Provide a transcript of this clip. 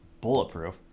bulletproof